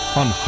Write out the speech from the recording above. on